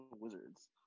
Wizards